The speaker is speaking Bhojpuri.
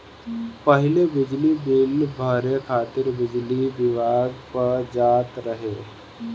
पहिले बिजली बिल भरे खातिर बिजली विभाग पअ जात रहे